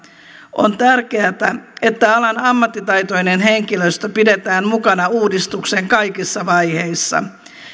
on tärkeätä että alan ammattitaitoinen henkilöstö pidetään mukana uudistuksen kaikissa vaiheissa